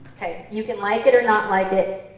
you can like it or not like it,